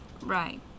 Right